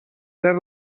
ser